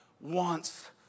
wants